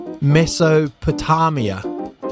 Mesopotamia